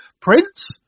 Prince